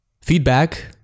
Feedback